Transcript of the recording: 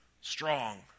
strong